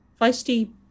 Feisty